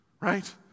right